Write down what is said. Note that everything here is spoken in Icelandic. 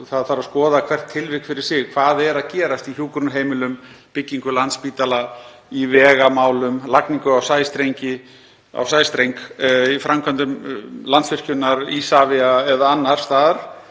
það þarf að skoða hvert tilvik fyrir sig. Hvað er að gerast í hjúkrunarheimilum, byggingu Landspítala, í vegamálum, lagningu á sæstreng, framkvæmdum, Landsvirkjun, Isavia eða annars staðar?